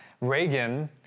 Reagan